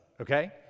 Okay